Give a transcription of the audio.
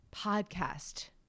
podcast